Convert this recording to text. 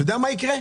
אתה יודע מה יקרה?